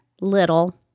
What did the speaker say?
Little